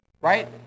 right